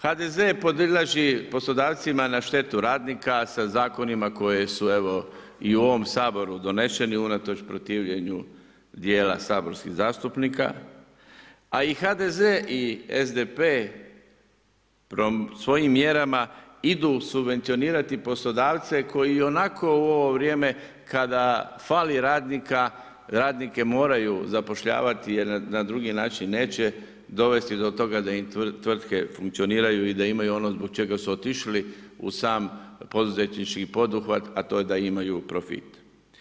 HDZ podilazi poslodavcima na štetu radnika sa zakonima koji su evo i u ovom Saboru doneseni unatoč protivljenju dijela saborskih zastupnika a i HDZ i SDP svojim mjerama idu subvencionirati poslodavce koji ionako u ovoj vrijeme kada fali radnika, radnike moraju zapošljavati jer ih na drugi način neće dovesti do toga da im tvrtke funkcioniraju i da imaju ono zbog čega su otišli u sam poduzetnički poduhvat a to je da imaju profit.